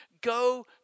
go